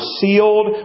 sealed